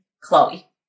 Chloe